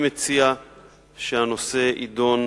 אני מציע שהנושא יידון,